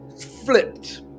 flipped